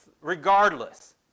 regardless